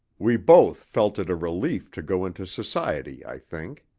we both felt it a relief to go into society, i think.